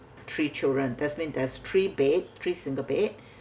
three children that's mean there's three bed three single bed